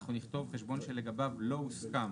אנחנו נכתוב "חשבון שלגביו לא הוסכם"